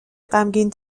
غمگین